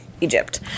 Egypt